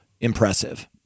impressive